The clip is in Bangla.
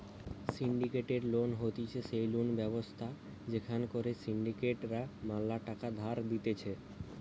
সিন্ডিকেটেড লোন হতিছে সেই লোন ব্যবস্থা যেখান করে সিন্ডিকেট রা ম্যালা টাকা ধার দিতেছে